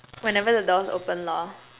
whenever the doors open lor